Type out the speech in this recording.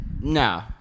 No